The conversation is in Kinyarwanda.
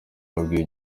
babwiye